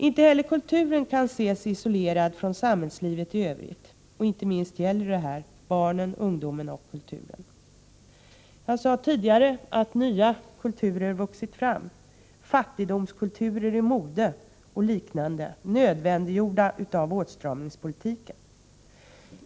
Inte heller kulturen kan ses isolerad från samhällslivet i övrigt, och inte minst gäller detta barnen, ungdomen och kulturen. Jag nämnde tidigare att nya kulturer vuxit fram — fattigdomskulturer i mode och liknande, nödvändiggjorda av åtstramningspolitiken.